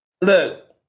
look